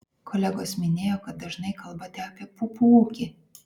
kolegos minėjo kad dažnai kalbate apie pupų ūkį